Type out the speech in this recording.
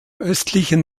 östlichen